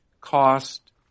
cost